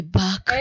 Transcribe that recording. back